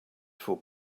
for